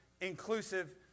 Inclusive